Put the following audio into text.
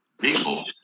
people